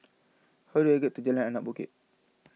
how do I get to Jalan Anak Bukit